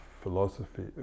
philosophy